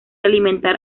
alimentar